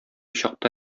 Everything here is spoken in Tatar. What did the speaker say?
чакта